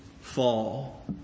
fall